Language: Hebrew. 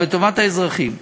אבל לטובת האזרחים.